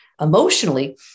Emotionally